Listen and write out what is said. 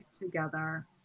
together